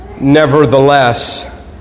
nevertheless